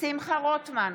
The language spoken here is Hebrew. שמחה רוטמן,